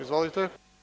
Izvolite.